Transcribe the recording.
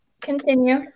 continue